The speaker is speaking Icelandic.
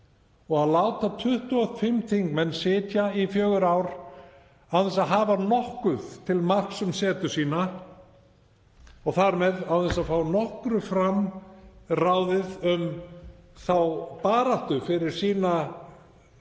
Og að láta 25 þingmenn sitja í fjögur ár án þess að hafa nokkuð til marks um setu sína og þar með án þess að fá nokkru ráðið um þá baráttu fyrir sín